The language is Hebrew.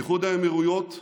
איחוד האמירויות,